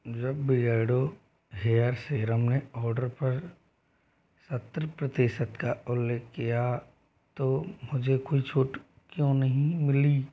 जब Beardo hair serum के order पर सत्तर प्रतिशत का उल्लेख किया तो मुझे कोई छूट क्यों नहीं मिली